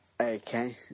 Okay